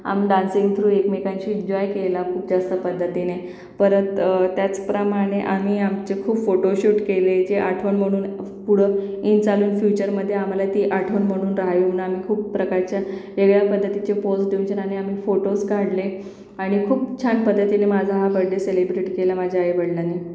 आम dancing through एकमेकांशी enjoy केला खूप जास्त पद्धतीने परत त्याचप्रमाणे आ आमचे खूप फोटोशूट केले जे आठवण म्हणून पुढं इन चालून फ्युचरमधे आम्हाला ती आठवण म्हणून राहून आम्ही खूप प्रकारच्या वेगळ्या पद्धतीचे पोज देऊन छान आणि आम्ही फोटोस काढले आणि खूप छान पद्धतीने माझा हा बड्डे सेलिब्रेट केला माझ्या आईवडलांनी